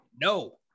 no